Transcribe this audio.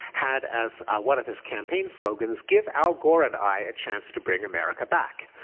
had as one of his campaign slogans give al gore and i a chance to bring america back,